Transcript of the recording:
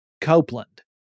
Copeland